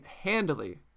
handily